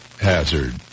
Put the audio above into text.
hazard